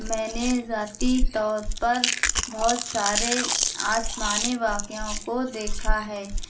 اور میں نے ذاتی طور پر بہت سارے آسمانی واقعوں کو دیکھا ہے